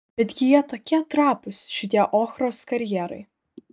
betgi jie tokie trapūs šitie ochros karjerai